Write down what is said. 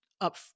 up